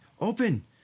Open